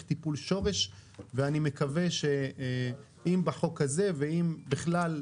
טיפול שורש ואני מקווה שאם בחוק הזה ואם בכלל,